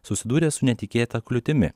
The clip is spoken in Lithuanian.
susidūrė su netikėta kliūtimi